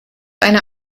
eine